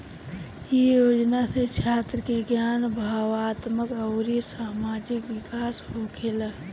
इ योजना से छात्र के ज्ञान, भावात्मक अउरी सामाजिक विकास होखेला